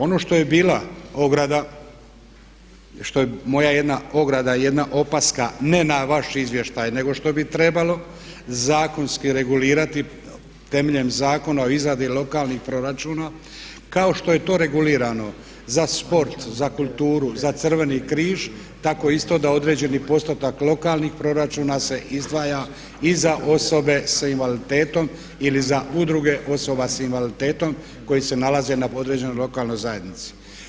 Ono što je bila ograda, što je moja jedna ograda, jedna opaska, ne na vaš izvještaj nego što bi trebalo zakonski regulirati temeljem Zakona o izradi lokalnih proračuna kao što je to regulirano za sport, za kulturu, za crveni križ tako isto da određeni postotak lokalnih proračuna se izdvaja i za osobe sa invaliditetom ili za udruge osoba s invaliditetom koji se nalaze na određenoj lokalnoj zajednici.